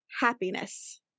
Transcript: happiness